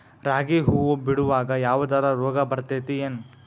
ರಾಗಿ ಹೂವು ಬಿಡುವಾಗ ಯಾವದರ ರೋಗ ಬರತೇತಿ ಏನ್?